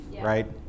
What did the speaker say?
right